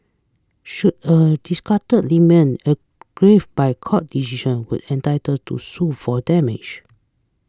should a disgruntled aggrieved by court decision with entitled to sue for damage